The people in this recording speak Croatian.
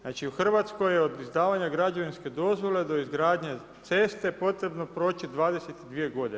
Znači u Hrvatskoj je od izdavanja građevinske dozvole do izgradnje ceste potrebno proći 22 godine.